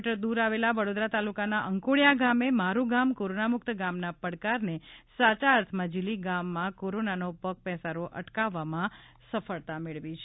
મી દૂર આવેલા વડોદરા તાલુકાના અંકોડીયા ગામે મારૃ ગામ કોરોનામુક્ત ગામના પડકારને સાચા અર્થમાં ઝીલી ગામમાં કોરોનાનો પગ પેસારો અટકાવવામાં સફળતા મેળવી છે